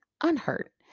unhurt